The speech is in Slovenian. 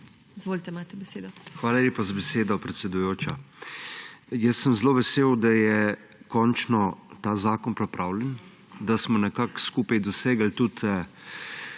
DOBLEKAR (PS SDS):** Hvala lepa za besedo, predsedujoča. Jaz sem zelo vesel, da je končno ta zakon pripravljen, da smo nekako skupaj dosegli tudi